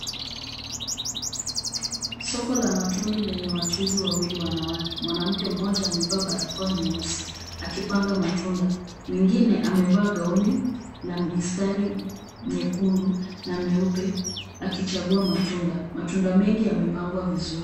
Soko la matunda lenye wachuuzi wawili wanawake. Mwanamke mmoja amevaa barakoa nyeusi akipanga matunda. Mwingine amevaa gauni la mistari nyekundu na myeupe akichagua matunda. Matunda mengi yamepangwa vizuri.